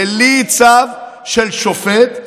בלי צו של שופט,